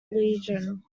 legion